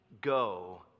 go